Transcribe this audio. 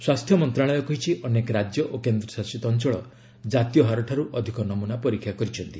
ସ୍ୱାସ୍ଥ୍ୟ ମନ୍ତ୍ରଣାଳୟ କହିଛି ଅନେକ ରାଜ୍ୟ ଓ କେନ୍ଦ୍ରଶାସିତ ଅଞ୍ଚଳ ଜାତୀୟ ହାରଠାରୁ ଅଧିକ ନମୂନା ପରୀକ୍ଷା କରିଛନ୍ତି